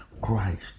Christ